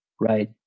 right